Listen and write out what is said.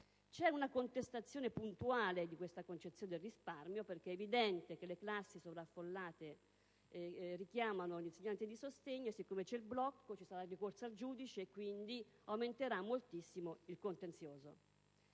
C'è una contestazione puntuale di questa concezione del risparmio, perché è evidente che le classi sovraffollate richiamano gli insegnanti di sostegno e, siccome c'è il blocco, ci sarà il ricorso al giudice e quindi aumenterà moltissimo il contenzioso.